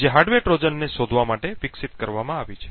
જે હાર્ડવેર ટ્રોજનને શોધવા માટે વિકસિત કરવામાં આવી છે